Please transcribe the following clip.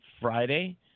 Friday